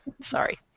Sorry